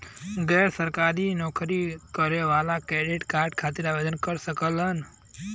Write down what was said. गैर सरकारी नौकरी करें वाला क्रेडिट कार्ड खातिर आवेदन कर सकत हवन?